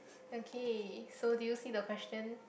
okay so do you see the question